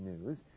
news